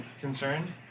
concerned